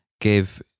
give